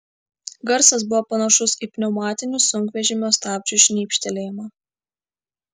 garsas buvo panašus į pneumatinių sunkvežimio stabdžių šnypštelėjimą